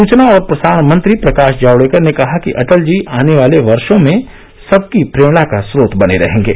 सूचना और प्रसारण मंत्री प्रकाश जावड़ेकर ने कहा कि अटल जी आने वाले वर्षों में सबकी प्रेरणा का स्रोत बने रहेंगे